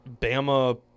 Bama